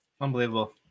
unbelievable